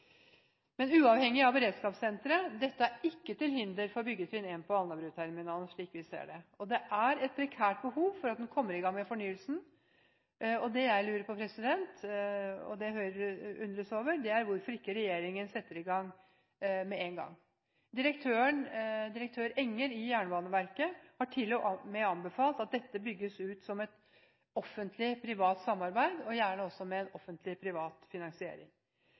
Men uavhengig av beredskapssenteret – dette er ikke til hinder for byggetrinn 1 på Alnabruterminalen, slik vi ser det – er det et prekært behov for at en kommer i gang med fornyelsen. Det jeg lurer på, og det Høyre undres over, er hvorfor ikke regjeringen setter i gang med én gang. Direktør Enger i Jernbaneverket har til og med anbefalt at dette bygges ut som offentlig-privat samarbeid, gjerne også med